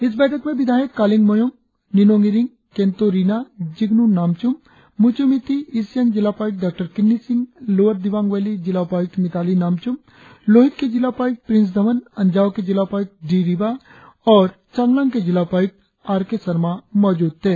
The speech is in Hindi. इस बैठक में विधायक कालिंग मोयोंग निनोंग इरिंग केंतो रिना जिगनू नामचुम मुचु मिथि ईस्ट सियांग जिला उपायुक्त डॉ किन्नी सिंह लोअर दिवांग वैली जिला उपायुक्त मिताली नामचुम लोहित के जिला उपायुक्त प्रिंस धवन अंजाव के जिला उपायुक्त डी रिबा और चांगलांग के जिला उपायुक्त आर के शर्मा मौजूद थे